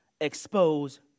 expose